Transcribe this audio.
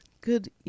Good